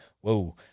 whoa